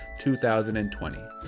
2020